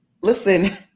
Listen